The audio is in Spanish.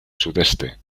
sudeste